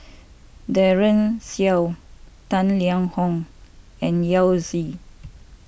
Daren Shiau Tang Liang Hong and Yao Zi